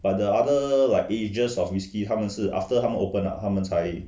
but the other like ages of whisky 他们是 after 他们 open ah 他们才